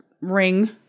ring